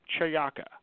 Chayaka